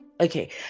okay